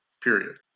period